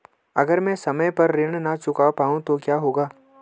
अगर म ैं समय पर ऋण न चुका पाउँ तो क्या होगा?